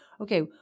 Okay